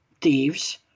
thieves